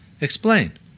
Explain